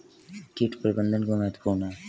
कीट प्रबंधन क्यों महत्वपूर्ण है?